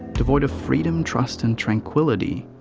devoid of freedom, trust and tranquility,